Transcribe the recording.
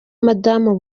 madamu